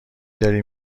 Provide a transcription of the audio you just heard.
داری